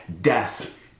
death